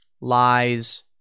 lies